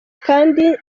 kandi